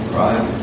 right